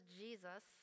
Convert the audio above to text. jesus